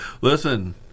Listen